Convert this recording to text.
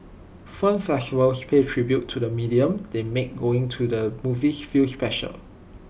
film festivals pay tribute to the medium they make going to the movies feel special